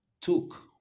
took